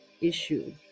issue